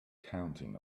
counting